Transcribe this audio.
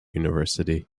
university